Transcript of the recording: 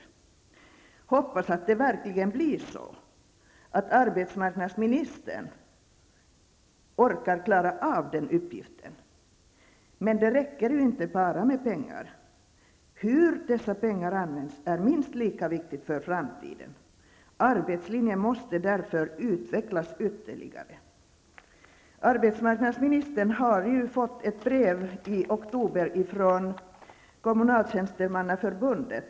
Jag hoppas att det verkligen blir så att arbetsmarknadsministern orkar klara av den uppgiften. Men det räcker inte med bara pengar. Hur dessa pengar används är minst lika viktigt för framtiden. Arbetslinjen måste därför utvecklas ytterligare. Arbetsmarknadsministern fick i oktober ett brev från Kommunaltjänstemannaförbundet.